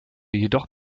jedoch